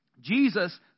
Jesus